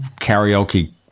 karaoke